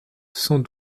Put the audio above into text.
sans